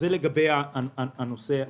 לגבי הנושא השלישי.